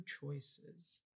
choices